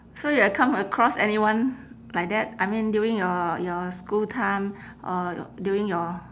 so you have come across anyone like that I mean during your your school time or during your